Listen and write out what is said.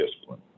discipline